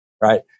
right